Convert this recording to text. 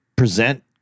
Present